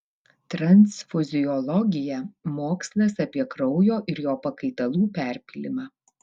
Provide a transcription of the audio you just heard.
transfuziologija mokslas apie kraujo ir jo pakaitalų perpylimą